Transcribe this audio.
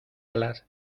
alas